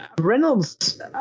Reynolds